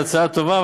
ההצעה טובה,